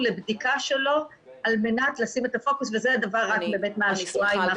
לבדיקה שלו על מנת לשים את הפוקוס וזה הדבר רק באמת מהשבועיים האחרונים.